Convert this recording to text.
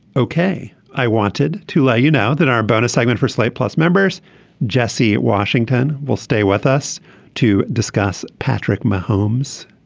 ok. i wanted to let you know that our bonus segment for slate plus members jesse washington will stay with us to discuss patrick more homes.